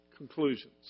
Conclusions